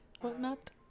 whatnot